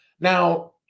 Now